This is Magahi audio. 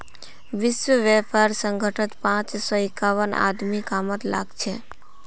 विश्व व्यापार संगठनत पांच सौ इक्यावन आदमी कामत लागल छ